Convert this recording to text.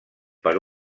per